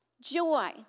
joy